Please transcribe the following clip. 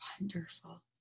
wonderful